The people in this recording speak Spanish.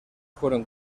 fueron